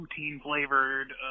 poutine-flavored